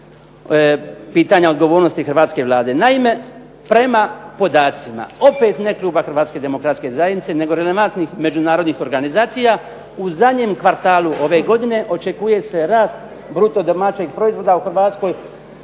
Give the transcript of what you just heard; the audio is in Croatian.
pitanja odgovornosti hrvatske Vlade. Naime, prema podacima opet ne kluba HDZ-a nego relevantnih međunarodnih organizacija u zadnjem kvartalu ove godine očekuje se rast bruto domaćeg proizvoda u Hrvatskoj